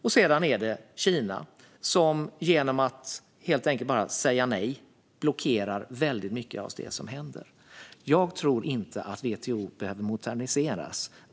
Det tredje är Kina, som genom att helt enkelt bara säga nej blockerar väldigt mycket av det som händer. Jag tror inte att WTO behöver moderniseras.